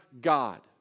God